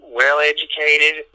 well-educated